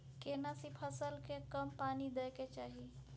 केना सी फसल के कम पानी दैय के चाही?